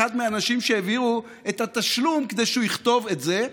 אחד האנשים שהביאו את התשלום כדי שהוא יכתוב את זה,